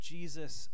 Jesus